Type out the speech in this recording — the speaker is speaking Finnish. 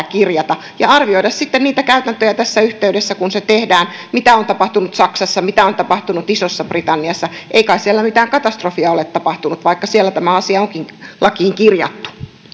kirjata ja arvioida niitä käytäntöjä tässä yhteydessä kun se tehdään että mitä on tapahtunut saksassa mitä on tapahtunut isossa britanniassa ei kai siellä mitään katastrofia ole tapahtunut vaikka siellä tämä asia onkin lakiin kirjattu